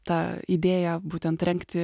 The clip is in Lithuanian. ta idėja būtent rengti